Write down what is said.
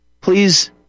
please